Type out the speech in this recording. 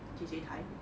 只是一台